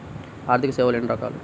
ఆర్థిక సేవలు ఎన్ని రకాలు?